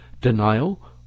denial